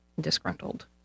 disgruntled